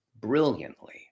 brilliantly